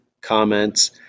comments